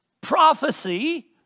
prophecy